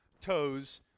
toes